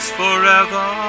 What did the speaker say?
forever